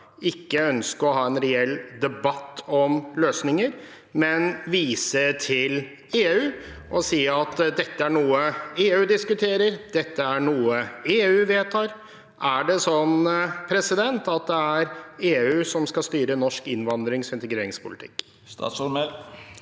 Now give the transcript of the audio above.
ikke ønske å ha en reell debatt om løsninger, men vise til EU og si at dette er noe EU diskuterer, dette er noe EU vedtar. Er det sånn at det er EU som skal styre norsk innvandrings- og integreringspolitikk? Statsråd